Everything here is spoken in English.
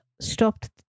stopped